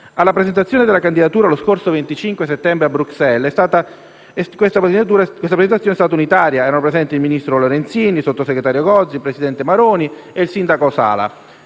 La presentazione della candidatura lo scorso 25 settembre a Bruxelles è stata unitaria. Erano presenti il ministro Lorenzin, il sottosegretario Gozi, il presidente Maroni e il sindaco Sala: